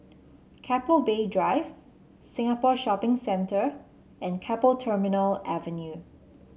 Keppel Bay Drive Singapore Shopping Centre and Keppel Terminal Avenue